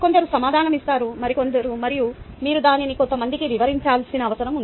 కొందరు సమాధానం ఇస్తారు మరియు మీరు దానిని కొంతమందికి వివరించాల్సిన అవసరం ఉంది